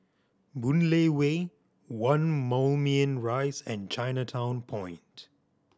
Boon Lay Way One Moulmein Rise and Chinatown Point